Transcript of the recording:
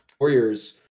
Warriors